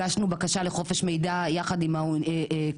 הגשנו בקשה לחופש מידי יחד עם הקליניקה